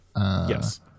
yes